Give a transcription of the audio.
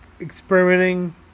experimenting